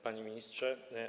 Panie Ministrze!